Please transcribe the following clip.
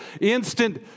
instant